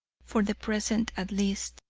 for the present at least.